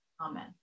Amen